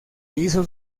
hizo